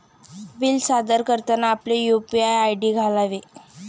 bill सादर करताना आपले यू.पी.आय आय.डी घालावे